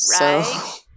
Right